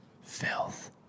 filth